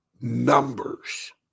numbers